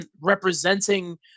representing